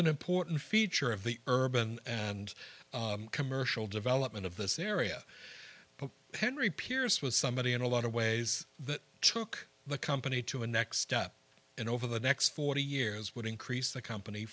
important feature of the urban and commercial development of this area but henry pierce was somebody in a lot of ways that took the company to a next step and over the next forty years would increase the company